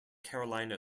carolina